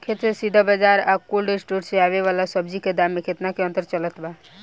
खेत से सीधा बाज़ार आ कोल्ड स्टोर से आवे वाला सब्जी के दाम में केतना के अंतर चलत बा?